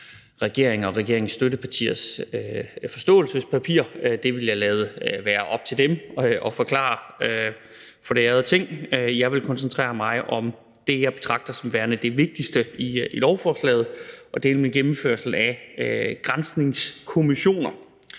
regeringen og regeringens støttepartiers forståelsespapir, men det vil jeg lade være op til dem at forklare for det ærede Ting. Jeg vil koncentrere mig om det, jeg betragter som værende det vigtigste i lovforslaget, nemlig gennemførelsen af granskningskommissioner.